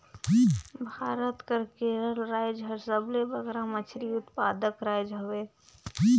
भारत कर केरल राएज हर सबले बगरा मछरी उत्पादक राएज हवे